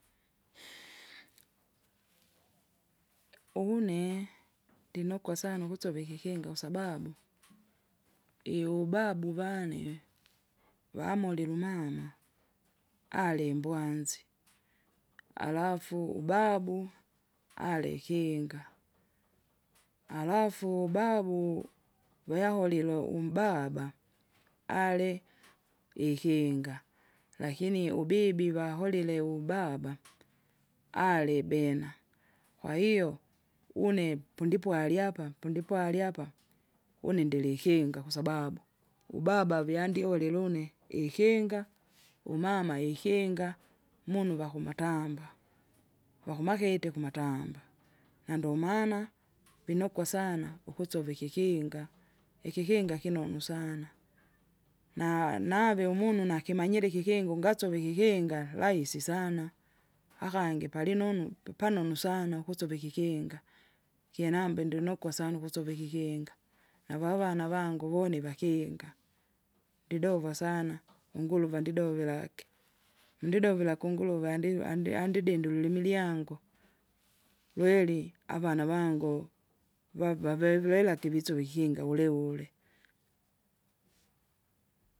une ndinokwa sana ukusova ikikinga kwasababu, iubabu vane vamulila umama alimbwanzi, alafu babu alikinga, alafu babu weyaholile umbaba, ali- ikinga, lakini ubibi vaholile ubaba alibena. Kwahiyo une pundipwali apa pundipwali une ndilikinga kwasababu ubaba avyandi ulile une ikinga! umama ikinga, umunu vakumatamba, vakumakete kumatamba, nandomana vinokwa sana ukusova ikikinga, ikikinga kinonu sana. Na nave umunu nakimanyire ikikinga ungasove ikikinga rahisi sana, akangi palinonu pi- panunu sana ukusova ikikinga, kyinambe ndinokwa sana ukusova ikikinga. Navavana vangu voni vakinga, ndidova sana unguruva ndidoveraki, ndidovera kunguruva andivi- andi- andidi ndulumi lyangu, lweri avana vango, va- vavevelaki visuve ikikinga ulewule.